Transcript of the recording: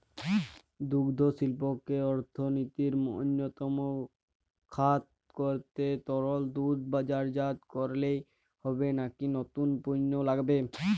দুগ্ধশিল্পকে অর্থনীতির অন্যতম খাত করতে তরল দুধ বাজারজাত করলেই হবে নাকি নতুন পণ্য লাগবে?